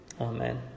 Amen